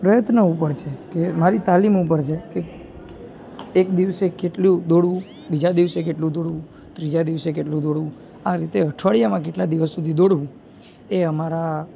પ્રયત્ન ઉપર છે કે મારી તાલીમ ઉપર છે કે એક દિવસે કેટલું દોડવું બીજા દિવસે કેટલું દોડવું ત્રીજા દિવસે કેટલું દોડવું આ રીતે અઠવાડિયામાં કેટલા દિવસ સુધી દોડવું એ અમારા